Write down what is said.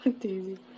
daisy